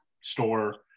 store